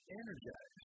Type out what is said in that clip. energized